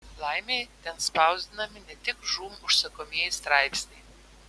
laimei ten spausdinami ne tik žūm užsakomieji straipsniai